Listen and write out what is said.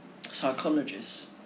psychologists